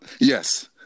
Yes